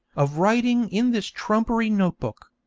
of writing in this trumpery note-book.